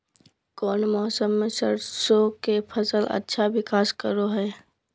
कौन मौसम मैं सरसों के फसल अच्छा विकास करो हय?